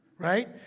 Right